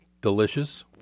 delicious